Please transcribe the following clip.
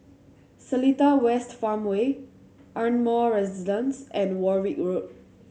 Seletar West Farmway Ardmore Residence and Warwick Road